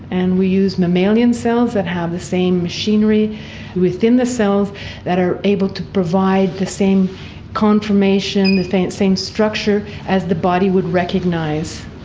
and we use mammalian cells that have the same machinery within the cells that are able to provide the same confirmation, the same same structure as the body would recognise.